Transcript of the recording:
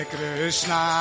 Krishna